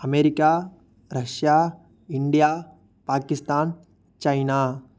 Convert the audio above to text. America Russia India Pakistan China